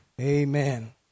Amen